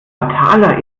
fataler